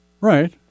Right